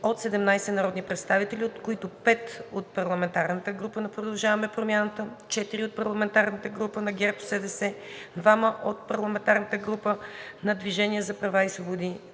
от 17 народни представители, от които: 5 от парламентарната група на „Продължаваме Промяната“, 4 от парламентарната група на ГЕРБ-СДС, 2 от парламентарната група на „Движение за права и свободи“,